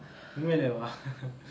உண்மைலேவா:unmailaevaa